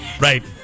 Right